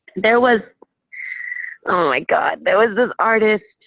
there was oh my god. there was this artist,